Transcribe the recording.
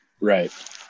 Right